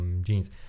jeans